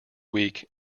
week